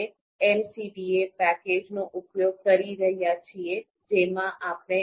આપણે MCDA પેકેજનો ઉપયોગ કરી રહ્યા છીએ જેમાં આપણે